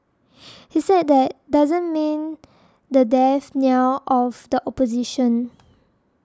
he said that does not mean the death knell of the opposition